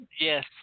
Yes